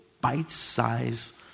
bite-sized